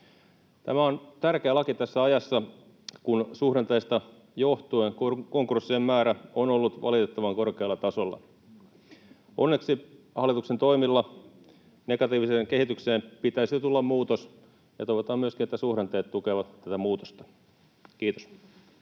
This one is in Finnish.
Tämä on tärkeä laki tässä ajassa, kun suhdanteista johtuen konkurssien määrä on ollut valitettavan korkealla tasolla. Onneksi hallituksen toimilla negatiiviseen kehitykseen pitäisi tulla muutos, ja toivotaan myöskin, että suhdanteet tukevat tätä muutosta. — Kiitos.